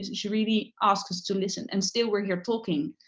she really asks us to listen. and still we're here talking.